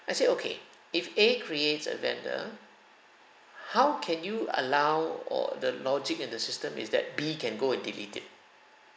I said okay if A creates a vendor how can you allow or the logic in the system is that B can go and delete it